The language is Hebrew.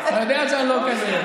אתה יודע שאני לא כזה.